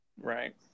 right